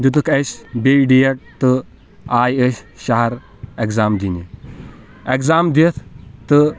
دِتُکھ اسہِ بیٚیہِ ڈیٹ تہٕ آے أسۍ شَہَر اٮ۪گزام دِنہِ اٮ۪گزام دِتھ تہٕ